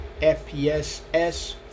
FPSS